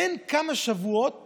אין כמה שבועות